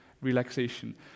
relaxation